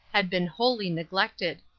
had been wholly neglected.